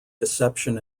deception